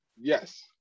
Yes